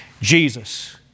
Jesus